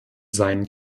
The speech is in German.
sein